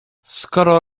skoro